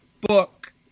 book